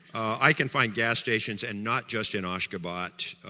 i can find gas stations and not just in ashgabat,